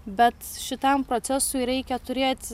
bet šitam procesui reikia turėt